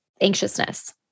anxiousness